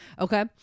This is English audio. Okay